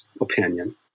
opinion